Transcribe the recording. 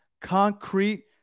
concrete